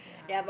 yeah